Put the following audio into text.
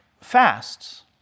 fasts